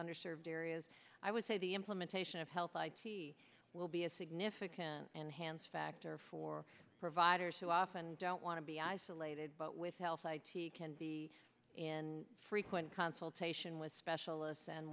under served areas i would say the implementation of health i t will be a significant and hands factor for providers who often don't want to be isolated but with health i t can be in frequent consultation with specialists and